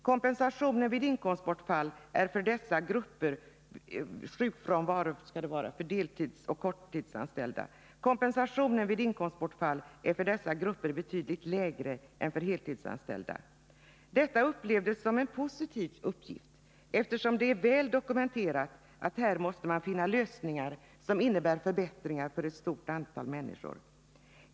Kompensationen vid inkomstbortfall är för dessa grupper betydligt lägre än för heltidsanställda. Detta upplevdes som en positiv uppgift, eftersom det är väl dokumenterat att det är nödvändigt att finna lösningar som innebär förbättringar för ett stort antal människor.